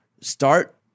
Start